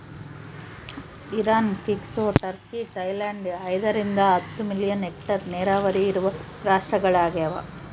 Iran Mexico Turkey Thailand ಐದರಿಂದ ಹತ್ತು million hectare ನೀರಾವರಿ ಇರುವ ರಾಷ್ಟ್ರಗಳದವ